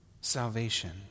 salvation